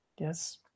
Yes